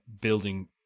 building